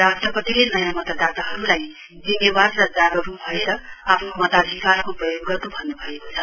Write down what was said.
राष्टपतिले नयाँ मतदाताहरुलाई जिम्मेवार र जागरुक भएर आफ्नो मताधिकारको प्रयोग गर्नु भन्नुभएको छ